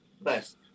best